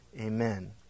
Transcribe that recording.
Amen